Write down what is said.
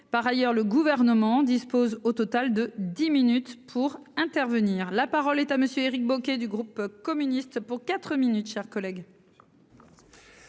par ailleurs le gouvernement dispose au total de 10 minutes pour intervenir, la parole est à monsieur Éric Bocquet, du groupe communiste pour 4 minutes chers collègues.